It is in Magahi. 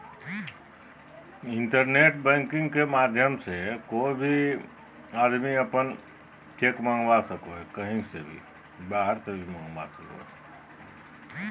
इंटरनेट बैंकिंग के माध्यम से कोय भी व्यक्ति अपन चेक मंगवा सको हय